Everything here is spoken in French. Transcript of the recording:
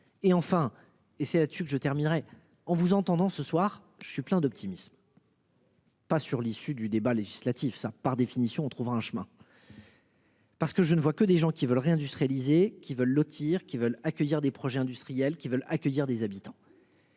Et enfin, et c'est là-dessus que je terminerais on vous entendant ce soir je suis plein d'optimisme. Pas sur l'issue du débat législatif ça par définition on trouve un chemin. Parce que je ne vois que des gens qui veulent réindustrialiser qui veulent lotir qui veulent accueillir des projets industriels qui veulent accueillir des habitants.